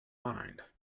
mind